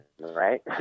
Right